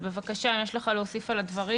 אז בבקשה, אם יש לך להוסיף על הדברים.